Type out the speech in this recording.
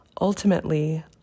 Ultimately